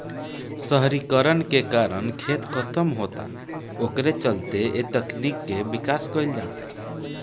शहरीकरण के कारण खेत खतम होता ओकरे चलते ए तकनीक के विकास कईल जाता